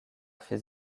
fait